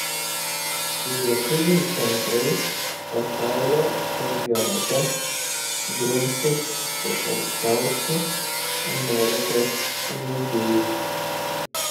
lietuvių centrai pasaulio čempionate grumsis su aukščiausiu amerikos žaidėju